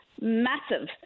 massive